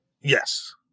Yes